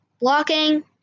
blocking